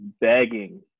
begging